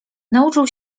nauczył